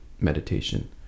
meditation